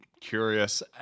curious